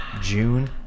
June